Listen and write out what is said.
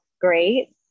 great